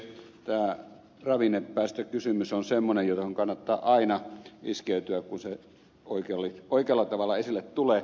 tämä ravinnepäästökysymys on semmoinen johon kannattaa aina iskeytyä kun se oikealla tavalla esille tulee